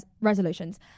resolutions